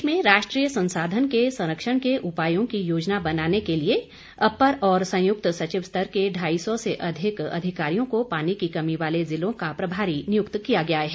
देश में राष्ट्रीय संसाधन के सरंक्षण के उपायों की योजना बनाने के लिए अपर और संयुक्त सचिव स्तर के ढाई सौ से अधिक अधिकारियों को पानी की कमी वाले जिलों का प्रभारी नियुक्त किया गया है